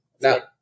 Now